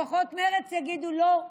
לפחות מרצ יגידו: לא,